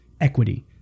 equity